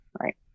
right